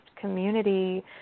community